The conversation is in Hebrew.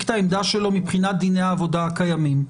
את העמדה שלו מבחינת דיני העבודה הקיימים.